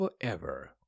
forever